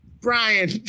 Brian